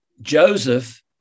Joseph